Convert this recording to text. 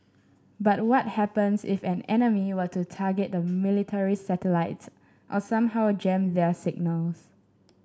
but what happens if an enemy were to target the military satellites or somehow a jam their signals